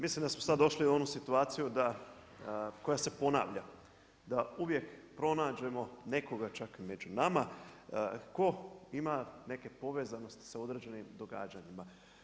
Mislim da smo sada došli u onu situaciju koja se ponavlja, da uvijek pronađemo nekoga čak i među nama ko ima neke povezanosti sa određenim događanjima.